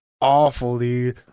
Awfully